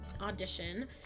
audition